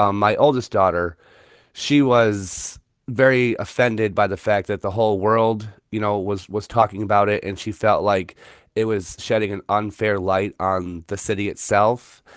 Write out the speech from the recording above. um my oldest daughter she was very offended by the fact that the whole world, you know, was was talking about it. and she felt like it was shedding an unfair light on the city itself.